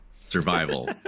survival